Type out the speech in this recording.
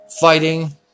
fighting